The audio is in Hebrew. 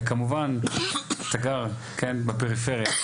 וכמובן אתה גר בפריפריה,